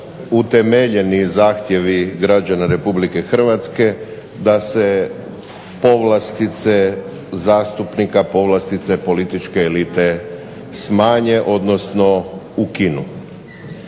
utemeljeni zahtjevi građana RH da se povlastice zastupnika, povlastice političke elite smanje, odnosno ukinu.